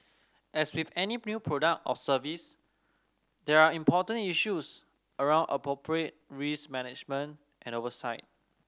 as with any new product or service there are important issues around appropriate risk management and oversight